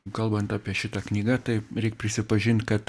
kalbant apie šitą knyga tai reik prisipažint kad